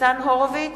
ניצן הורוביץ,